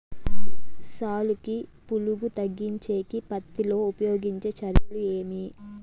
సాలుకి పులుగు తగ్గించేకి పత్తి లో ఉపయోగించే చర్యలు ఏమి?